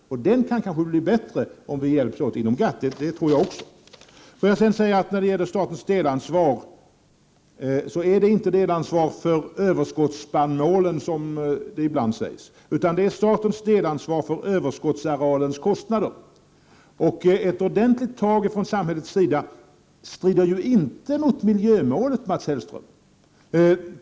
Den kan kanske bli bättre om vi hjälps åt inom GATT -— det tror jag också. Får jag sedan säga att statens delansvar inte innebär delansvar för överskottsspannmålen, som det ibland påstås, utan statens delansvar för överskottsarealens kostnader. Ett ordentligt tag från samhällets sida strider inte mot miljömålet, Mats Hellström.